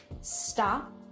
Stop